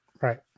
right